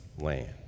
land